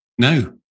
No